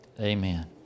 amen